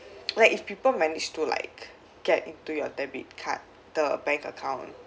like if people manage to like get into your debit card the bank account